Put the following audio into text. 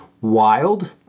wild